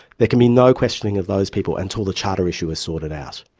there can be no questioning of those people until the charter issue is sorted out.